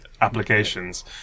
applications